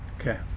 Okay